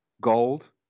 gold